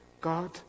God